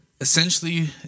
Essentially